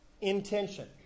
intention